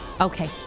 Okay